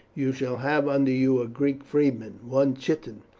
you shall have under you a greek freedman, one chiton,